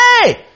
Hey